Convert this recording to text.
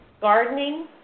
Gardening